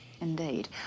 Indeed